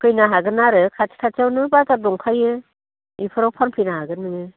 फैनो हागोन आरो खाथि खाथिआवनो बाजार दंखायो बेफोराव फानफैनो हागोन नोङो